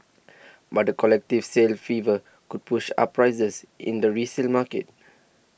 but the collective sale fever could push up prices in the resale market